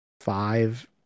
five